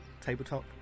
Tabletop